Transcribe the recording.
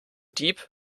dieb